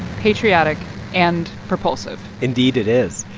patriotic and propulsive indeed, it is.